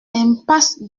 impasse